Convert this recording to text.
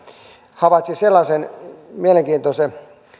havaitsin sellaisen mielenkiintoisen